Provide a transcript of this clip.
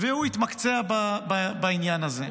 והוא התמקצע בעניין הזה.